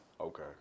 Okay